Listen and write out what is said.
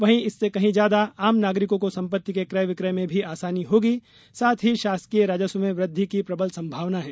वहीं इससे कही ज्यादा आम नागरिकों को सम्पत्ति के क्रय विक्रय में भी आसानी होगी साथ ही शासकीय राजस्व में वृद्वि की प्रबल संभावना है